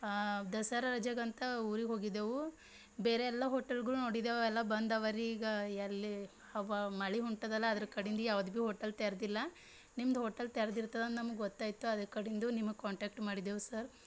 ದಸರ ರಜೆಗಂತ ಊರಿಗೆ ಹೋಗಿದ್ದೆವು ಬೇರೆಲ್ಲ ಹೋಟೆಲ್ಗಳು ನೋಡಿದ್ದೆವು ಎಲ್ಲ ಬಂದ್ ಅವರಿ ಈಗ ಎಲ್ಲಿ ಹವೆ ಮಳೆ ಹೊಂಟದಲ್ಲ ಅದ್ರ ಕಡಿಂದು ಯಾವ್ದು ಭೀ ಹೋಟಲ್ ತೆರೆದಿಲ್ಲ ನಿಮ್ಮದು ಹೋಟಲ್ ತೆರ್ದಿರ್ತದೆ ಅಂತ ನಮಗೆ ಗೊತ್ತಾಯಿತು ಅದು ಕಡಿಂದು ನಿಮಗೆ ಕಾಂಟಾಕ್ಟ್ ಮಾಡಿದ್ದೆವು ಸರ್